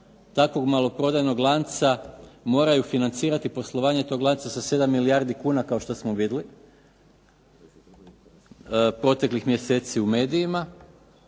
takvog maloprodajnog lanca moraju financirati poslovanje tog lanca sa 7 milijardi kuna kao što smo vidjeli proteklih mjeseci u medijima,